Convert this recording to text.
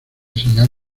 señal